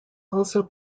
also